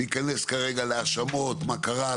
להיכנס כרגע להאשמות מה קרה,